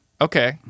Okay